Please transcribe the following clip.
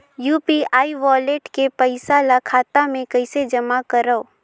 UPI wallet के पईसा ल खाता मे कइसे जमा करव?